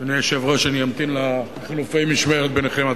אני אמתין לחילופי המשמרת ביניכם.